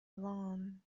alone